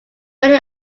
many